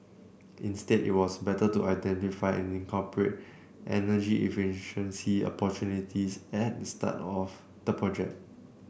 instead it was better to identify and incorporate energy efficiency opportunities at the start of the project